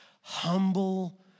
humble